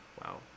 Wow